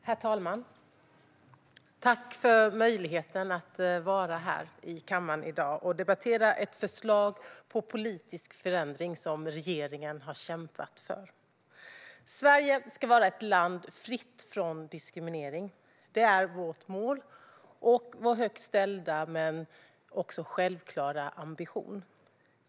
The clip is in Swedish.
Herr talman! Jag tackar för möjligheten att vara här i kammaren i dag och debattera ett förslag på politisk förändring som regeringen har kämpat för. Sverige ska vara ett land fritt från diskriminering. Det är vårt mål och vår högt ställda men självklara ambition.